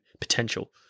potential